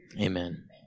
Amen